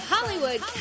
Hollywood